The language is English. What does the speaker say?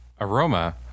Aroma